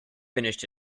finished